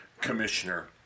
commissioner